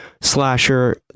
slasher